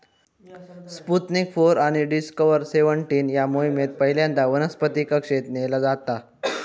Sputnik four आणि Discover seventeen या मोहिमेत पहिल्यांदा वनस्पतीक कक्षेत नेला जाता